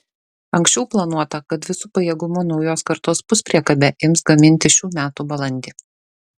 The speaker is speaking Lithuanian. anksčiau planuota kad visu pajėgumu naujos kartos puspriekabę ims gaminti šių metų balandį